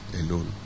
alone